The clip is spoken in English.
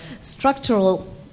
structural